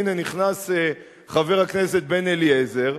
הנה, נכנס חבר הכנסת בן-אליעזר.